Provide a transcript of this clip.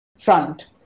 front